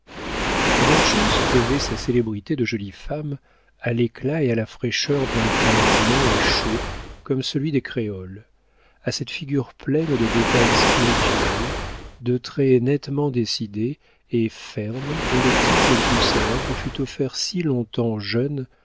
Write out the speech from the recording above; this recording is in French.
schontz devait sa célébrité de jolie femme à l'éclat et à la fraîcheur d'un teint blanc et chaud comme celui des créoles à cette figure pleine de détails spirituels de traits nettement dessinés et fermes dont le type le plus célèbre fut offert si longtemps jeune